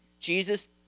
Jesus